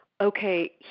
Okay